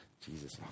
Jesus